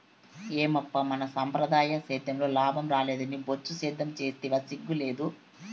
ఏమప్పా మన సంప్రదాయ సేద్యంలో లాభం రాలేదని బొచ్చు సేద్యం సేస్తివా సిగ్గు లేదూ